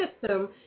system